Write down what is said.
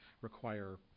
require